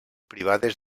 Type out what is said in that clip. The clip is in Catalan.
privades